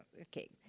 okay